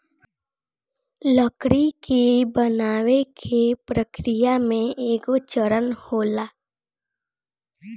लकड़ी के बनावे के प्रक्रिया में एगो चरण होला